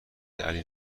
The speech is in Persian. علی